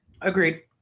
Agreed